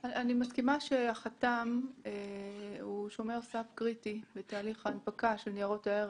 אני מסכימה שהחתם הוא שומר סף קריטי בתהליך ההנפקה של ניירות הערך.